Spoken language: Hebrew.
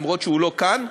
אף שהוא איננו כאן,